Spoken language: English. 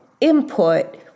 input